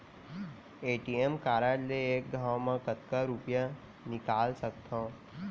ATM card ले एक घव म कतका रुपिया निकाल सकथव?